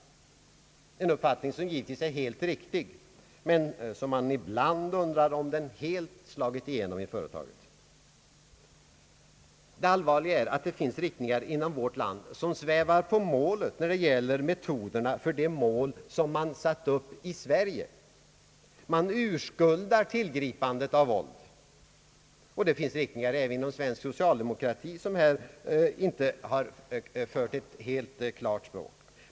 Denna uppfattning är givetvis helt riktig, men man undrar ibland om den slagit igenom helt i företaget. Det allvarliga är att det finns riktningar inom vårt land som svävar på målet när det gäller metoderna att nå det mål man satt upp i Sverige. Man urskuldar tillgripandet av våld. Det finns riktningar även inom svensk socialdemokrati som inte har fört ett klart språk.